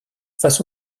face